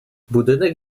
budynek